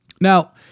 now